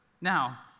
Now